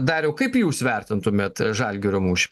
dariau kaip jūs vertintumėt žalgirio mūšį